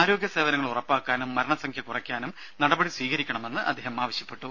ആരോഗ്യ സേവനങ്ങൾ ഉറപ്പാക്കാനും മരണസംഖ്യ കുറയ്ക്കാനും നടപടി സ്വീകരിക്കണമെന്ന് അദ്ദേഹം ആവശ്യപ്പെട്ടു